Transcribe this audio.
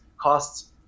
costs